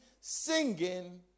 singing